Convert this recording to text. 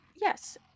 Yes